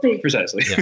Precisely